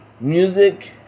music